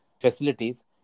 facilities